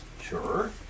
Sure